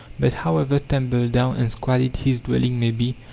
but, however tumble-down and squalid his dwelling may be,